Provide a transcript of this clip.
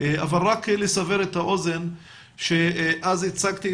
אבל רק אסבר את האוזן שהכלכלן הראשי